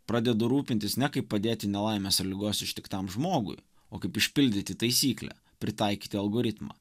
pradeda rūpintis ne kaip padėti nelaimės ar ligos ištiktam žmogui o kaip išpildyti taisyklę pritaikyti algoritmą